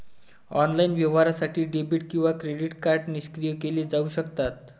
online व्यवहारासाठी debit किंवा credit card निष्क्रिय केले जाऊ शकतात